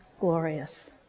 glorious